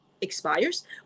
expires